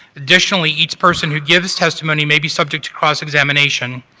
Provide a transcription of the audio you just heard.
additionally each person who gives testimony made be subject to cross-examination,